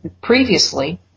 previously